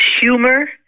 humor